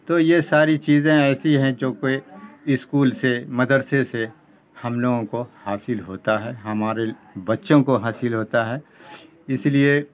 تو یہ ساری چیزیں ایسی ہیں جو کوئی اسکول سے مدرسے سے ہم لوگوں کو حاصل ہوتا ہے ہمارے بچوں کو حاصل ہوتا ہے اس لیے